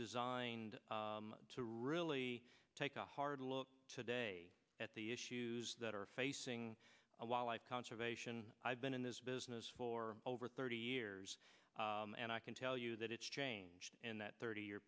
designed to really take a hard look today at the issues that are facing a wildlife conservation i've been in this business for over thirty years and i can tell you that it's changed in that thirty year